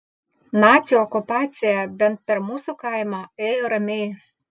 nacių okupacija bent per mūsų kaimą ėjo ramiai